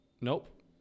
Nope